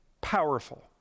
Powerful